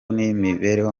n’imibereho